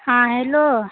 हँ हैलो